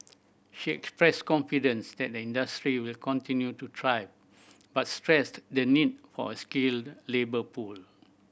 she expressed confidence that the industry will continue to thrive but stressed the need for a skilled labour pool